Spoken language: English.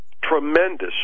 tremendous